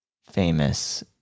famous